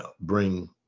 bring